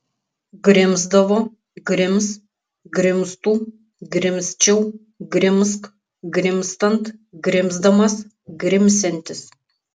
grimzdavo grims grimztų grimzčiau grimzk grimztant grimzdamas grimsiantis